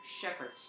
shepherds